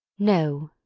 no!